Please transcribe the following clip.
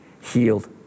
healed